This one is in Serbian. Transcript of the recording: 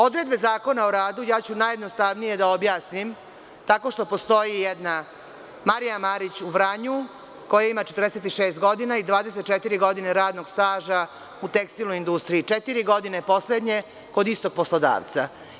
Odredbe Zakona o radu ću najjednostavnije da objasnim tako što postoji jedna Marija Marić u Vranju, koja ima 46 godina i 24. godine radnog staža u tekstilnoj industriji i četiri godine poslednje je kod istog poslodavca.